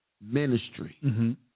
ministry